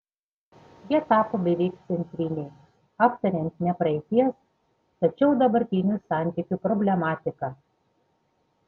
jie tapo beveik centriniai aptariant ne praeities tačiau dabartinių santykių problematiką